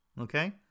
okay